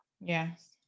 Yes